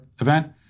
event